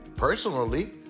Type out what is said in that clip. Personally